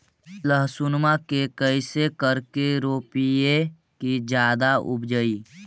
लहसूनमा के कैसे करके रोपीय की जादा उपजई?